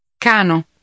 Cano